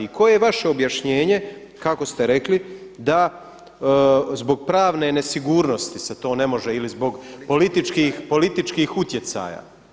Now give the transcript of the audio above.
I koje je vaše objašnjenje, kako ste rekli da zbog pravne nesigurnosti se to ne može ili zbog političkih utjecaja.